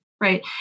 right